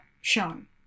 shown